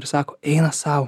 ir sako eina sau